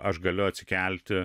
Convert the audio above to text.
aš galiu atsikelti